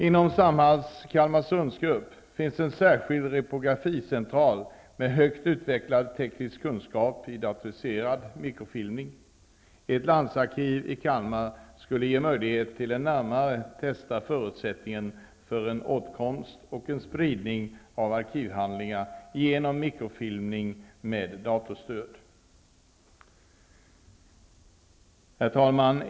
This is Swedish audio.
Inom Samhalls Kalmarsundsgrupp finns en särskild reprograficentral med högt utvecklad teknisk kunskap om datoriserad mikrofilmning. Ett landsarkiv i Kalmar skulle ge möjlighet att närmare testa förutsättningarna för åtkomst och spridning av arkivhandlingar genom mikrofilmning med datorstöd. Herr talman!